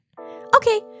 Okay